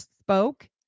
spoke